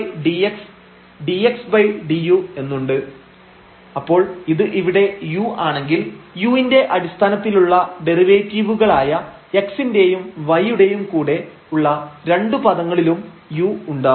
xeu e−v ye−u ev അപ്പോൾ ഇത് ഇവിടെ u ആണെങ്കിൽ u ന്റെ അടിസ്ഥാനത്തിലുള്ള ഡെറിവേറ്റീവുകളായ x ന്റെയും y യുടെയും കൂടെ ഉള്ള രണ്ടു പദങ്ങളിലും u ഉണ്ടാവും